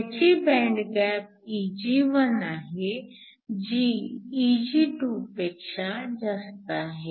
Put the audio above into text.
ह्याची band gap Eg1 आहे जी Eg2 पेक्षा जास्त आहे